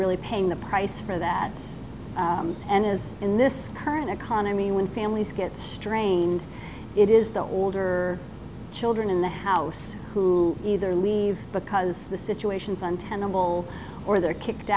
really paying the the price for that and is in this current economy when families get strained it is the older children in the house who either leave because the situation is untenable or they're kicked